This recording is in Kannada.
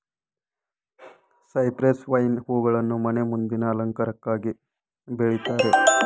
ಸೈಪ್ರೆಸ್ ವೈನ್ ಹೂಗಳನ್ನು ಮನೆ ಮುಂದಿನ ಅಲಂಕಾರಕ್ಕಾಗಿ ಬೆಳಿತಾರೆ